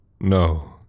No